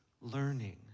learning